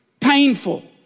painful